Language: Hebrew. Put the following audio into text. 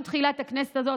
עם תחילת הכנסת הזאת.